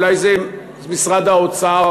אולי זה משרד האוצר,